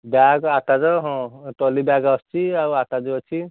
bag attache ହଁ trolley bag ଆସୁଛି ଆଉ ଆଟାଚି ଅଛି